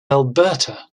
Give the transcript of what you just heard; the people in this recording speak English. alberta